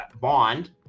bond